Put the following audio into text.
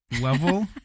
level